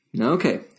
Okay